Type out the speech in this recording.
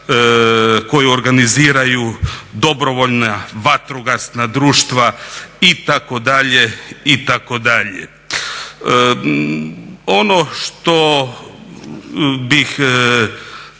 koje organiziraju dobrovoljna vatrogasna društva itd., itd. Ono što bih